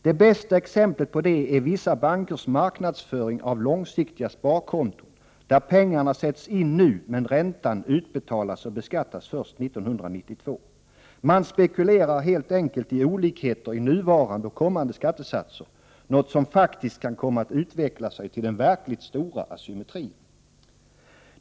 Det bästa exemplet på detta är vissa bankers marknadsföring av långsiktiga sparkonton, där pengarna sätts in nu men räntan utbetalas och beskattas först 1992. Man spekulerar helt enkelt i olikheter i nuvarande och kommande skattesatser, något som faktiskt kan komma att utveckla sig till den verkligt stora asymmetrin.